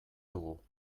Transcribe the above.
dugu